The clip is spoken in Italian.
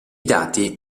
dati